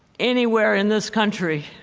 anywhere in this country,